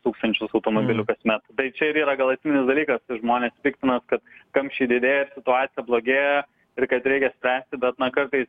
tūkstančius automobilių kasmet tai čia ir yra gal esminis dalykas žmonės piktinas kad kamščiai didėja situacija blogėja ir kad reikia spręsti bet na kartais